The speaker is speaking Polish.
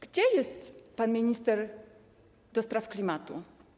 Gdzie jest pan minister do spraw klimatu?